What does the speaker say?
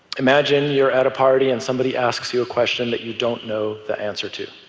imagine you're at a party, and somebody asks you a question that you don't know the answer to.